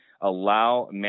allow